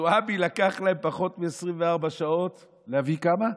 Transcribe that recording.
לזועבי לקח להם פחות מ-24 שעות להביא, כמה?